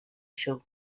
shows